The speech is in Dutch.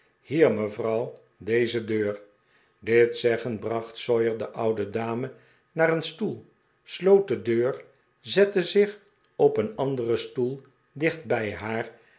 hier mevrouw deze deur dit zeggend bracht sawyer de oude dame naar een stoel sloot de deur zette zich op een anderen stoel dicht bij haar